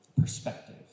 perspective